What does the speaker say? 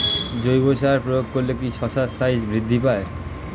জৈব সার প্রয়োগ করলে কি শশার সাইজ বৃদ্ধি পায়?